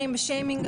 ברובלוקס,